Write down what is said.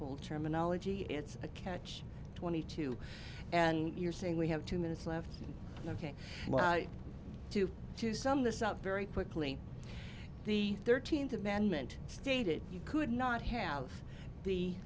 whole terminology it's a catch twenty two and you're saying we have two minutes left ok to to sum this up very quickly the thirteenth amendment stated you could not have the